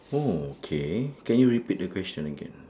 oh K can you repeat the question again